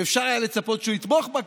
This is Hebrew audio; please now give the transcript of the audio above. שאפשר היה לצפות שהוא יתמוך בה,